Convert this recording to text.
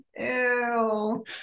Ew